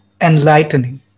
enlightening